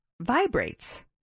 vibrates